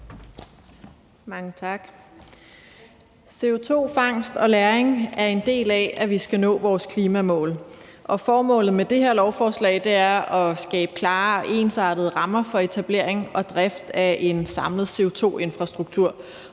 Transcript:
Mange tak. CO2-fangst og -lagring er en del af at nå vores klimamål. Formålet med det her lovforslag er at skabe klare og ensartede rammer for etablering og drift af en samlet CO2-infrastruktur.